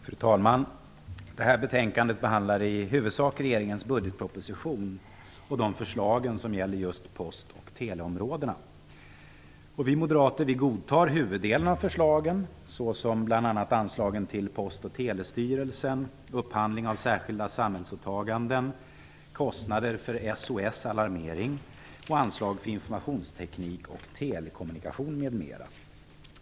Fru talman! Detta betänkande behandlar i huvudsak de förslag i regeringens budgetproposition som gäller post och teleområdena. Vi moderater godtar huvuddelen av förslagen såsom anslagen till Post och telestyrelsen, upphandling av särskilda samhällsåtaganden, kostnader för SOS Alarmering samt informationsteknik och telekommunikation m.m.